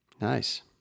Nice